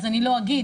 אז אני לא אגיד,